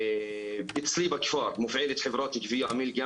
אצלי בכפר מופעלת חברת גבייה מלגם,